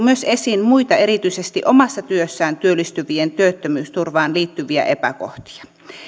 esiin muita erityisesti omassa työssään työllistyvien työttömyysturvaan liittyviä epäkohtia